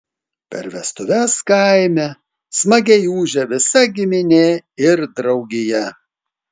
per vestuves kaime smagiai ūžia visa giminė ir draugija